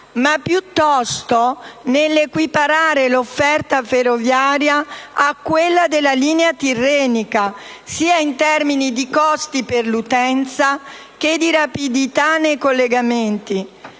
ma piuttosto nell'ottica di equiparare l'offerta ferroviaria a quella della linea tirrenica, in termini sia di costi per l'utenza che di rapidità nei collegamenti.